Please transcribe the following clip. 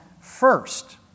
first